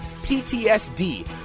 PTSD